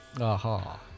Aha